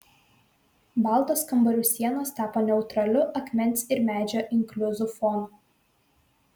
baltos kambarių sienos tapo neutraliu akmens ir medžio inkliuzų fonu